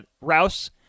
rouse